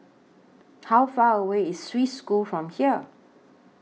How Far away IS Swiss School from here